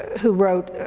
who wrote,